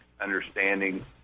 understanding